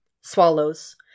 Swallows